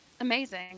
amazing